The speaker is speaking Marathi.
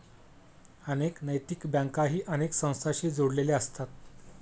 अनेक नैतिक बँकाही अनेक संस्थांशी जोडलेले असतात